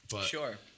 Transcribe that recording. Sure